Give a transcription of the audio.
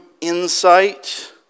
insight